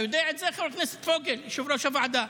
אתה יודע את זה, חבר הכנסת פוגל, יושב-ראש הוועדה?